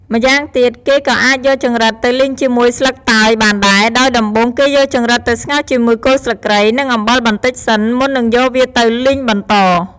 ម្យ៉ាងទៀត គេក៏អាចយកចង្រិតទៅលីងជាមួយស្លឹកតើយបានដែរ ដោយដំបូង គេយកចង្រិតទៅស្ងោរជាមួយគល់ស្លឹកគ្រៃ និងអំបិលបន្តិចសិន មុននឹងយកវាទៅលីងបន្ត។